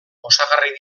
osagarri